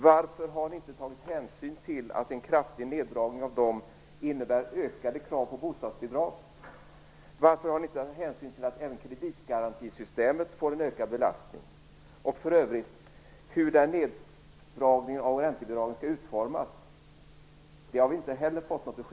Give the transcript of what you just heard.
Varför har ni inte tagit hänsyn till att en kraftig neddragning av dem innebär ökade krav på bostadsbidrag? Varför har ni inte tagit hänsyn till att även kreditgarantisystemet får en ökad belastning? För övrigt har vi inte heller fått besked om hur denna neddragning av räntebidragen skall utformas.